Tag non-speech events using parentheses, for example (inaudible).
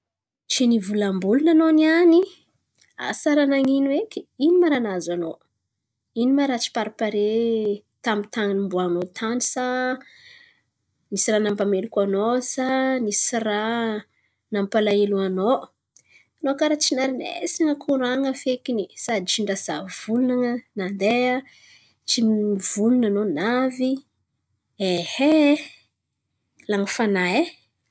Tsy nivolambolan̈a anao niany! Asa raha nan̈ino eky? Ino ma raha nahazo anao? Ino ma raha tsy parpare tamin'ny tany nimboanao tan̈y sa nisy raha nampameloko anao sa nisy raha nampalahelo anao? Anao karà tsy narin̈esan̈a koran̈a fekiny sady tsy nirasa volan̈a nandeha. Tsy nivolan̈a anao navy. (hesitation) Lany fanahy e.